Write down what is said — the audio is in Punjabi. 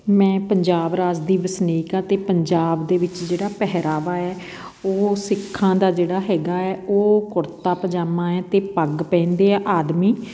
ਮੈਂ ਪੰਜਾਬ ਰਾਜ ਦੀ ਵਸਨੀਕ ਹਾਂ ਅਤੇ ਪੰਜਾਬ ਦੇ ਵਿੱਚ ਜਿਹੜਾ ਪਹਿਰਾਵਾ ਹੈ ਉਹ ਸਿੱਖਾਂ ਦਾ ਜਿਹੜਾ ਹੈਗਾ ਹੈ ਉਹ ਕੁੜਤਾ ਪਜਾਮਾ ਹੈ ਅਤੇ ਪੱਗ ਪਹਿਨਦੇ ਆ ਆਦਮੀ